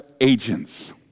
agents